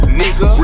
nigga